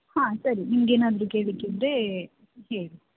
ಹಾಂ ಸರಿ ನಿಮಗೇನಾದರೂ ಕೇಳ್ಲಿಕ್ಕಿದ್ರೆ ಹೇಳಿ